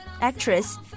Actress